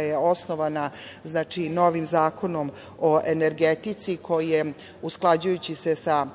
je osnovana novim Zakonom o energetici koji je usklađujući se sa